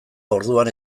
orduan